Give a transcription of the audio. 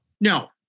No